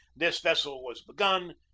this vessel was begun,